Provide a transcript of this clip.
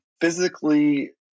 physically